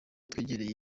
twegereye